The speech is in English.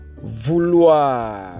Vouloir